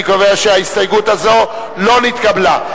אני קובע שההסתייגות הזאת לא נתקבלה.